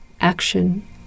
action